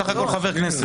אני בסך הכול חבר כנסת.